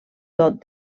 tot